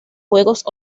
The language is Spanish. juegos